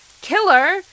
killer